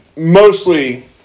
Mostly